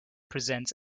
presents